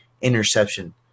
interception